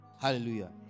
hallelujah